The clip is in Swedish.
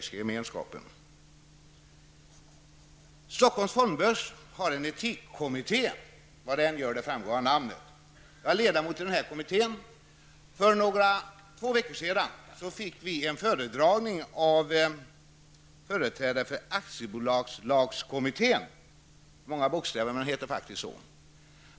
Skäl -- Stockholms fondbörs har en etikkommitté. Vad den gör framgår av namnet. Jag är ledamot i denna kommitté. För två veckor sedan fick vi höra en föredragning av företrädare för aktiebolagslagskommittén -- det är många bokstäver, men det heter faktiskt så.